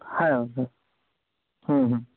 হ্যাঁ হুম হুম হুম